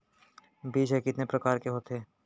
बीज ह कितने प्रकार के होथे?